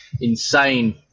insane